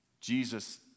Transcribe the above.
Jesus